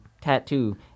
Tattoo